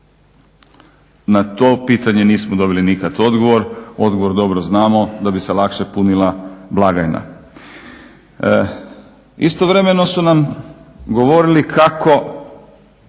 Na to pitanje nikad nismo dobili odgovor. Odgovor dobro znamo da bi se lakše punila blagajna. Istovremeno su nam govorili kako